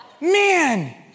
Man